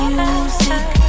music